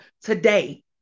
today